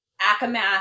akamath